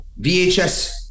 vhs